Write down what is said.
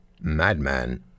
madman